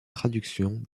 traductions